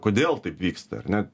kodėl taip vyksta ar ne